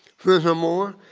furthermore,